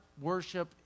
worship